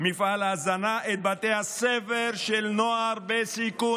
מפעל ההזנה את בתי הספר של נוער בסיכון,